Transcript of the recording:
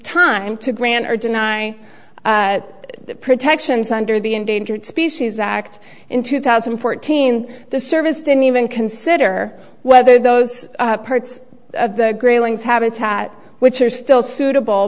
time to grant or deny the protections under the endangered species act in two thousand and fourteen the service didn't even consider whether those parts of the grayling's habitat which are still suitable